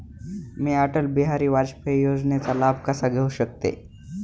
मी अटल बिहारी वाजपेयी योजनेचा लाभ कसा घेऊ शकते?